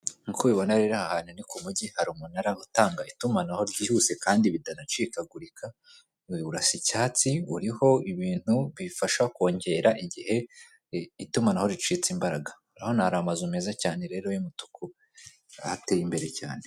Nk'uko bibona riri ahantu ni ku umujyi hari umunara utanga itumanaho ryihuse kandi bitanacikagurika, urasa icyatsi uriho ibintu bifasha kongera igihe itumanaho ricitse imbaraga. Urabona hari amazu meza cyane rero y'umutuku ahateye imbere cyane.